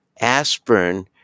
aspirin